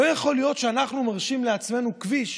לא יכול להיות שאנחנו מרשים לעצמנו כביש,